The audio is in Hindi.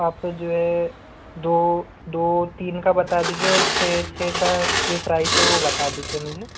आप जो है दौ दौ तीन का बता दीजिए और छ छ का जो प्राइस है वो बता दीजिए मुझे